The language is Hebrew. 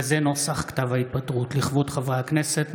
וזה נוסח כתב ההתפטרות: לכבוד חברי הכנסת,